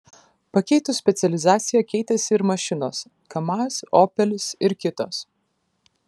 pakeitus specializaciją keitėsi ir mašinos kamaz opelis ir kitos